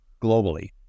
globally